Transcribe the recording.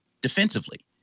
Defensively